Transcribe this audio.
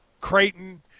Creighton